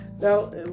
Now